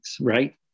right